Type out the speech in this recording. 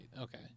Okay